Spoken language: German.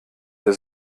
der